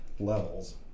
levels